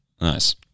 Nice